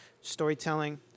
storytelling